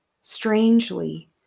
Strangely